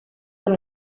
amb